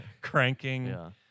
Cranking